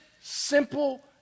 simple